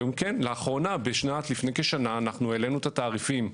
לאחרונה, לפני כשנה העלינו את התעריפים,